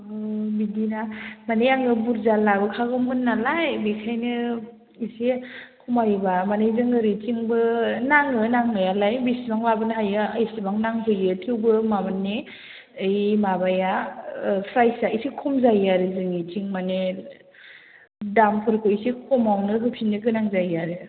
बिदिना माने आङो बुरजा लाबोखागौमोन नालाय बेनिखायनो एसे खमायोबा माने जों ओरैथिंबो नाङो नांनाया लाय बेसेबां लाबोनो हायो एसेबां नांफैयो थेवबो माने ओय माबाया प्राइसआ एसे खम जायो आरो जोंनिथिं माने दामफोरखौ एसे खमावनो होफिन्नो गोनां जायो आरो